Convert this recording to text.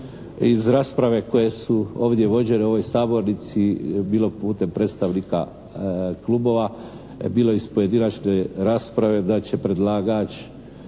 iz rasprave koje su ovdje vođene u ovoj Sabornici bilo putem predstavnika klubova bilo iz pojedinačne rasprave da će predlagač